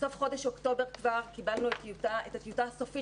בסוף חודש אוקטובר כבר קיבלנו את הטיוטה הסופית